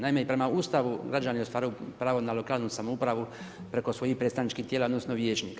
Naime i prema Ustavu građani ostvaruju pravo na lokalnu samoupravu preko svojih predstavničkih tijela odnosno vijećnika.